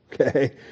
okay